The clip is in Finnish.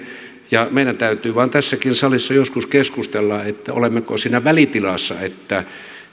ja meidän täytyy vain tässäkin salissa joskus keskustella olemmeko siinä välitilassa